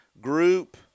group